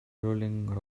rolling